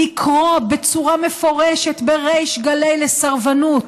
לקרוא בצורה מפורשת בריש גלי לסרבנות,